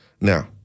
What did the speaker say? Now